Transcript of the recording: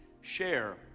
share